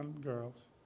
girls